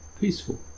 Peaceful